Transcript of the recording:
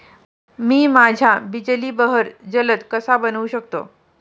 मी माझ्या बिजली बहर जलद कसा बनवू शकतो?